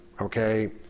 okay